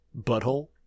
Butthole